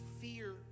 fear